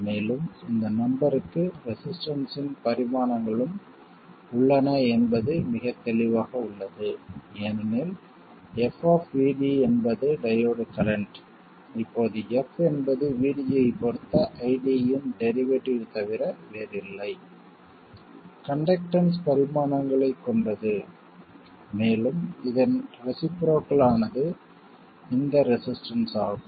மேலும் இந்த நம்பர்க்கு ரெசிஸ்டன்ஸ் இன் பரிமாணங்களும் உள்ளன என்பது மிகத் தெளிவாக உள்ளது ஏனெனில் f என்பது டையோடு கரண்ட் இப்போது f என்பது VD ஐப் பொறுத்த ID யின் டெரிவேட்டிவ் தவிர வேறில்லை கண்டக்டன்ஸ் பரிமாணங்களைக் கொண்டது மேலும் இதன் ரெஸிபுரோக்கள் ஆனது இந்த ரெசிஸ்டன்ஸ் ஆகும்